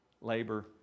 labor